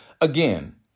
again